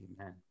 Amen